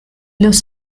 los